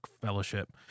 fellowship